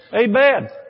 Amen